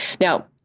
now